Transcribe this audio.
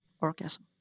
orgasm